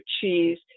cheese